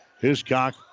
Hiscock